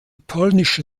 polnische